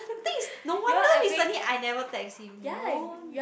I think is no wonder recently I never text him no